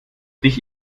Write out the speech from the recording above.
dich